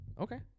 Okay